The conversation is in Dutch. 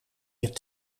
het